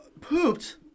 Pooped